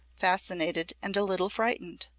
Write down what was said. fascinated and a little frightened.